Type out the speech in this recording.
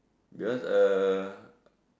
because err